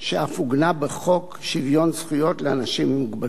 שאף עוגנה בחוק שוויון זכויות לאנשים עם מוגבלות.